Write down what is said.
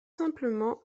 simplement